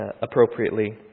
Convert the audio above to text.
appropriately